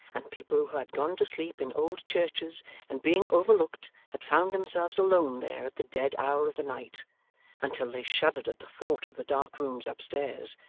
and people who had gone to sleep in old churches and being overlooked had found themselves alone there at the dead hour of the night until they shuddered at the thought of the dark rooms upstairs,